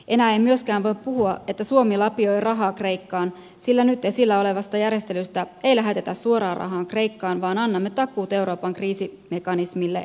enää ei myöskään voi puhua että suomi lapioi rahaa kreikkaan sillä nyt esillä olevasta järjestelystä ei lähetetä suoraan rahaa kreikkaan vaan annamme takuut euroopan kriisimekanismille ervvlle